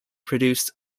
produced